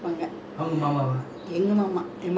you got the vegetable தொட்டோ:thotho right